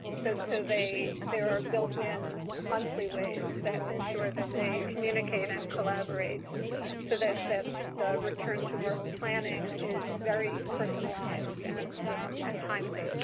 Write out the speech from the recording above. so, so there are built in monthly ways that ensure that they communicate and collaborate so that that the return to work planning is very personalized and and timely.